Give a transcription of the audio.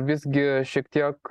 visgi šiek tiek